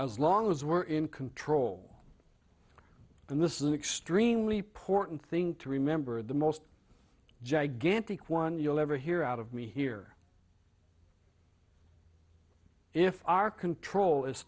as long as we're in control and this is an extremely porton thing to remember the most gigantic one you'll ever hear out of me here if our control is